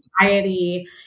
society